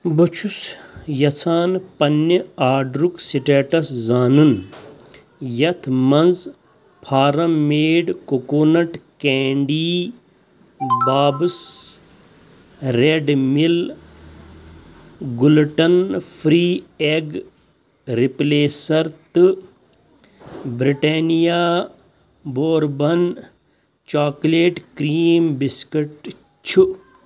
بہٕ چھُس یژھان پننہِ آرڈرُک سٹیٹس زانُن یَتھ منٛز farm made coconut candy Bob's Red Mill gluten free egg replacer تہٕ Britannia bourbon chocolate cream biscuit چھُ